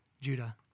Judah